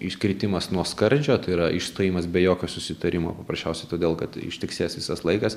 iškritimas nuo skardžio tai yra išstojimas be jokio susitarimo paprasčiausiai todėl kad ištiksės visas laikas